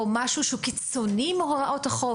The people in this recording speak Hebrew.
או משהו שהוא קיצוני מהוראות החוק.